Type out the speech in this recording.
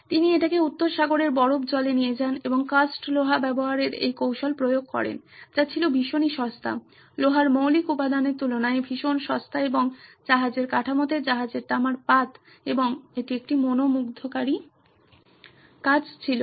তিনি এটিকে উত্তর সাগরের বরফ জলে নিয়ে যান এবং কাস্ট লোহা ব্যবহারের এই কৌশল প্রয়োগ করেন যা ছিল ভীষণ সস্তা লোহার মৌলিক উপাদানের তুলনায় ভীষণ সস্তা এবং জাহাজের কাঠামোতে জাহাজের তামার পাত এবং এটি একটি মনমুগ্ধকারি কাজ ছিল